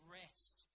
rest